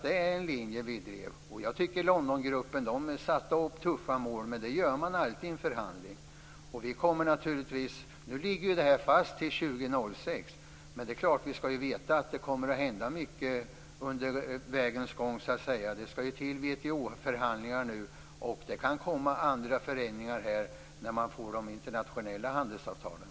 Det är linjen vi drev. Jag tycker att Londongruppen satte upp tuffa mål. Men det gör man alltid i en förhandling. Nu ligger det här fast till år 2006, men det är klart att vi skall veta att det kommer att hända mycket under vägens gång. Det skall till WTO förhandlingar, och det kan komma andra förändringar när man får de internationella handelsavtalen.